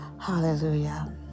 hallelujah